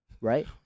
right